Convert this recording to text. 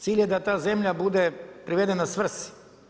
Cilj je da ta zemlja bude privedena svrsi.